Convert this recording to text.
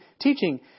teaching